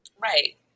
Right